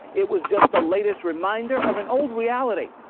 it was just the latest reminder of an old reality.